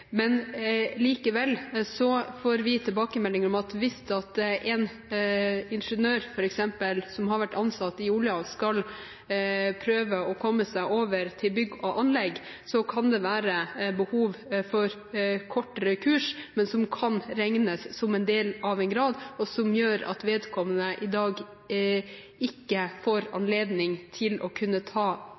Likevel får vi tilbakemeldinger om at hvis f.eks. en ingeniør som har vært ansatt i oljen, skal prøve å komme seg over til bygg og anlegg, kan det være behov for kortere kurs, men at disse kursene kan regnes som del av en grad, noe som gjør at vedkommende i dag ikke får anledning til å kunne ta